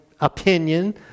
opinion